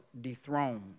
dethroned